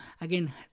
again